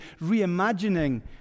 Reimagining